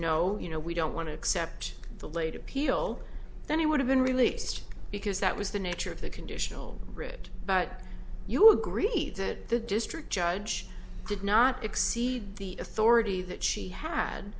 no you know we don't want to accept the late appeal that he would have been released because that was the nature of the conditional writ but you agreed that the district judge did not exceed the authority that she had